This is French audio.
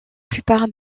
plupart